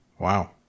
Wow